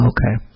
Okay